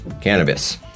cannabis